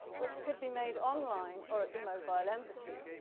which could be made online or at the mobile embassy.